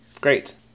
great